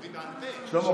שלמה,